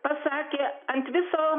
pasakė ant viso